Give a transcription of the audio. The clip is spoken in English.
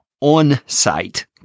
on-site